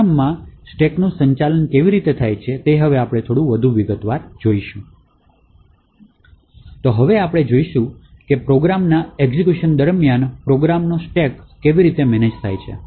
પ્રોગ્રામમાં સ્ટેકનું સંચાલન કેવી રીતે થાય છે તે વિશે હવે આપણે વિગતવાર થોડું વધુ જોશું તો હવે આપણે જોઈશું કે પ્રોગ્રામના એક્ઝેક્યુશન દરમિયાન પ્રોગ્રામનો સ્ટેક કેવી રીતે મેનેજ થાય છે